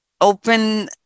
open